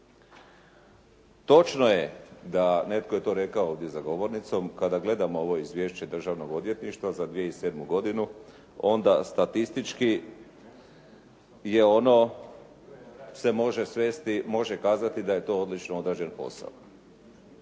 Točno je da netko je to rekao ovdje za govornicom kada gledamo ovo izvješće Državnog odvjetništva za 2007. godinu onda statistički je ono se može svesti, može kazati da je to odlično odrađen posao.